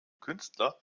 künstler